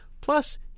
plus